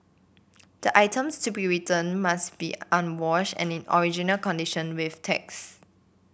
the items to be returned must be unwashed and in original condition with tags